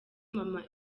maman